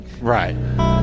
Right